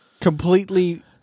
completely